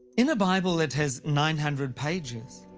in a bible that has nine hundred pages,